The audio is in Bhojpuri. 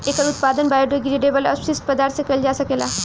एकर उत्पादन बायोडिग्रेडेबल अपशिष्ट पदार्थ से कईल जा सकेला